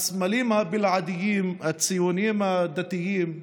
הסמלים הבלעדיים הציוניים הדתיים,